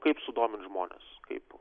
kaip sudomint žmones kaip